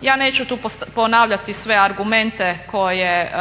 Ja neću tu ponavljati sve argumente koje